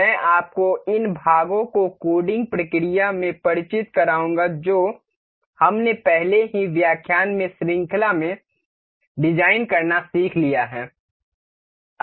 मैं आपको उन भागों की कोडिंग प्रक्रिया से परिचित कराऊंगा जो हमने पहले ही व्याख्यान की श्रृंखला में डिजाइन करना सीख लिया है